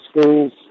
schools